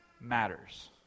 matters